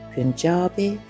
Punjabi